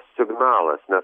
signalas nes